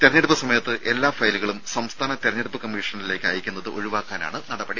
തെരഞ്ഞെടുപ്പ് സമയത്ത് എല്ലാ ഫയലുകളും സംസ്ഥാന തെരഞ്ഞെടുപ്പ് കമ്മീഷനിലേക്ക് അയക്കുന്നത് ഒഴിവാക്കാനാണ് നടപടി